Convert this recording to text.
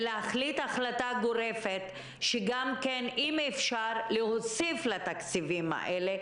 ולהחליט החלטה גורפת להוסיף לתקציבים האלה,